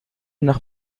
noch